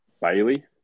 Bailey